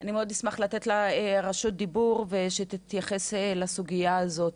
ואני מאוד אשמח לתת לה רשות דיבור ולבקש שתתייחס לסוגיה הזאת.